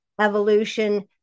evolution